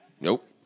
Nope